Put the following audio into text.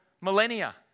millennia